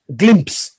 glimpse